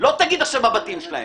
לא תגיד עכשיו בבתים שלהם.